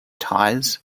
ties